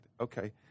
Okay